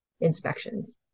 inspections